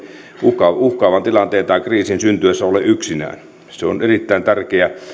uhkaavan uhkaavan tilanteen tai kriisin syntyessä ole yksinään se on erittäin tärkeä